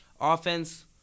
Offense